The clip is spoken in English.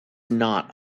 not